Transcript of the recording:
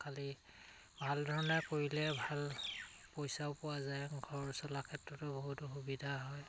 খালি ভাল ধৰণে কৰিলে ভাল পইচাও পোৱা যায় ঘৰ চলা ক্ষেত্ৰতো বহুতো সুবিধা হয়